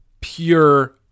pure